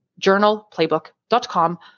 journalplaybook.com